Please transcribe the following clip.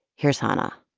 here's hanna